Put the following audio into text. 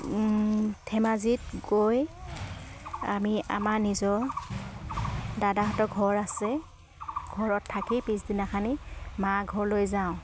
ধেমাজিত গৈ আমি আমাৰ নিজৰ দাদাহঁতৰ ঘৰ আছে ঘৰত থাকি পিছদিনাখনি মা ঘৰলৈ যাওঁ